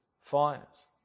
fires